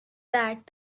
that